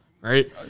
Right